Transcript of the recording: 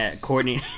Courtney